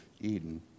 Eden